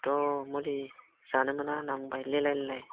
कथ्थ' मुलि जानो मोना होनना बुंबाय लेलाय लेलाय